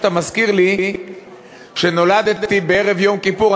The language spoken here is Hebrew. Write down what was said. כשאתה מזכיר לי שנולדתי בערב יום כיפור,